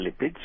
lipids